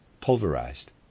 pulverized